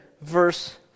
verse